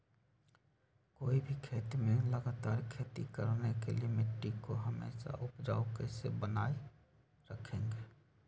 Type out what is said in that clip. कोई भी खेत में लगातार खेती करने के लिए मिट्टी को हमेसा उपजाऊ कैसे बनाय रखेंगे?